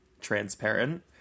transparent